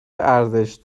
ارزش